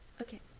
Okay